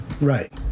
right